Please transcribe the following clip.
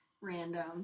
random